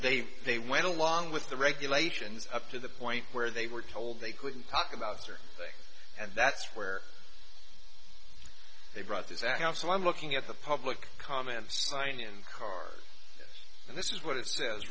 they they went along with the regulations up to the point where they were told they couldn't talk about certain things and that's where they brought this and how so i'm looking at the public comment sign in cars and this is what it says